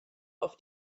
auf